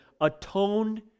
atoned